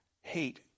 hate